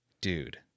Dude